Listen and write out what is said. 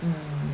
mm